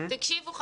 תקשיבו,